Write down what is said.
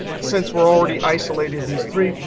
since we're already isolated these three,